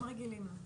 גם רגילים לא.